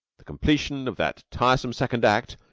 the completion of that tiresome second act,